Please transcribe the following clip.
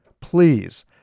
Please